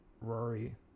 Rory